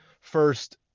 first